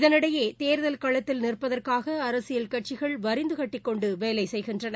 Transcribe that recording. இதனிடையே தேர்தல் களத்தில நிற்பதற்காக அரசியல் கட்சிகள் வரிந்து கட்டிக்கொண்டு வேலை செய்கின்றன